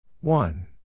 One